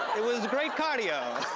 it was great cardio.